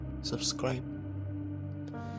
Subscribe